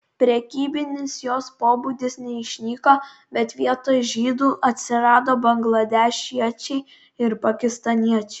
prekybinis jos pobūdis neišnyko bet vietoj žydų atsirado bangladešiečiai ir pakistaniečiai